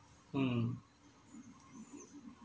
mm